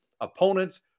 opponents